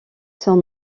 son